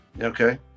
okay